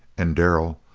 and darrell,